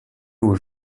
aux